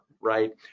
right